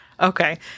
Okay